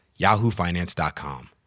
yahoofinance.com